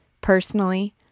Personally